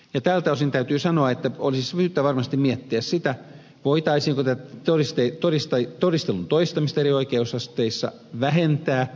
tältä osin täytyy sanoa että olisi syytä varmasti miettiä sitä voitaisiinko tätä todistelun toistamista eri oikeusasteissa vähentää